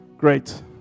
great